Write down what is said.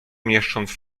mieszcząc